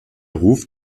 ruf